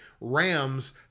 Rams